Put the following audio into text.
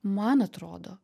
man atrodo